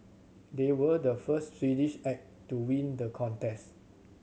they were the first Swedish act to win the contest